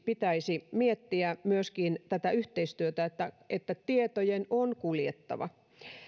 pitäisi miettiä esimerkiksi sitä yhteistyötä jossa tietojen on kuljettava